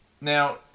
Now